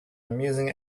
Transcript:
amusing